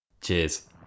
Cheers